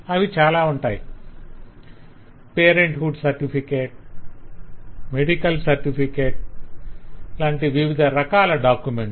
అవి చాల ఉంటాయి parenthood certificate medical certificate వంటి వివిధ రకాల డాకుమెంట్స్